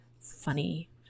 funny